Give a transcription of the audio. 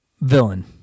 villain